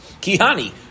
Kihani